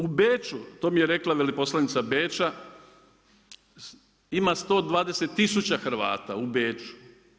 U Beču, to mi je rekla veleposlanica Beča, ima 120 tisuća Hrvata, u Beču.